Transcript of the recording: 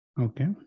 Okay